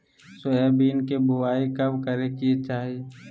Soybean के बुआई कब करे के चाहि?